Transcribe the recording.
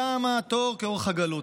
שם התור כאורך הגלות.